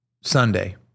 Sunday